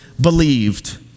believed